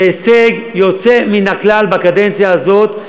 זה הישג יוצא מן הכלל בקדנציה הזאת.